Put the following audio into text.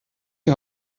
die